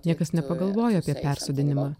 niekas nepagalvojo apie persodinimą